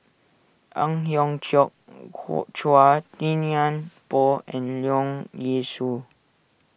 Ang Hiong Chiok Chua Thian Poh and Leong Yee Soo